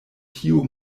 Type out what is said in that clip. tiu